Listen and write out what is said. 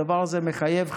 הדבר הזה מחייב חשיבה.